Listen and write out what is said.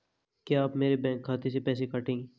क्या आप मेरे बैंक खाते से पैसे काटेंगे?